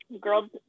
Girls